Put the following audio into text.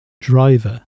driver